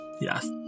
Yes